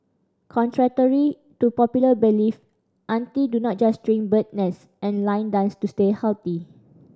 contrary to popular belief auntie do not just drink bird's nest and line dance to stay healthy